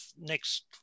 next